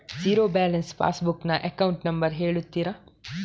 Zero balance passbook ನ account number ಹೇಳುತ್ತೀರಾ?